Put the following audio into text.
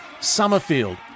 Summerfield